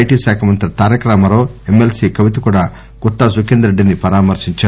IT శాఖ మంత్రి తారక రామారావు ఎమ్మె ల్పీ కవిత కూడా గుత్తా సుఖేందర్ రెడ్లి ని పరామర్పించారు